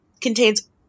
Contains